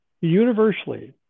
Universally